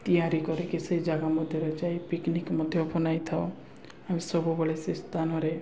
ତିଆରି କରିକି ସେଇ ଜାଗା ମଧ୍ୟରେ ଯାଇ ପିକନିକ୍ ମଧ୍ୟ ବନାଇଥାଉ ଆମେ ସବୁବେଳେ ସେ ସ୍ଥାନରେ